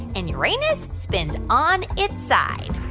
and uranus spins on its side.